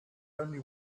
only